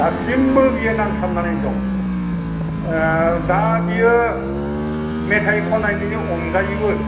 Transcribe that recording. दासिमबो बियो नांथाबनानै दं दा बियो मेथाइ खन्नायनिबो अनगायैबो